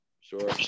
Sure